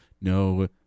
No